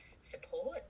support